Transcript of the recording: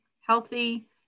healthy